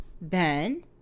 Ben